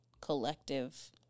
collective